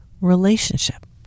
relationship